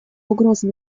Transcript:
угроза